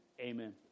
amen